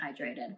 hydrated